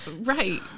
right